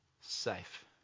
Safe